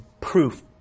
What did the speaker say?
proof